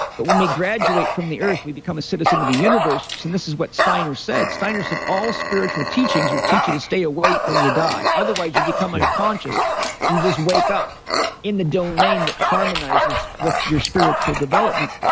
but when we graduate from the earth, we become a citizen of the universe so this is what steiner said. steiner said, all spiritual teachings are teaching you to stay awake when you die. otherwise, you become unconscious and you just wake up in the domain that harmonizes with your spiritual development.